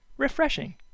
refreshing